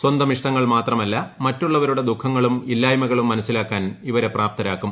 സ്വന്തം ഇഷ്ടങ്ങൾ മാത്രമല്ല മറ്റുള്ളവരുടെ ദുഃഖങ്ങളും ഇല്ലായ്മകളും മനസിലാക്കാൻ ഇവരെ പ്രാപ്തരാക്കും